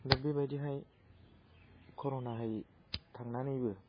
दा बेबायदिहाय कर'नाहाय थांनानैबो